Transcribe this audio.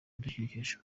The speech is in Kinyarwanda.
ibidukikije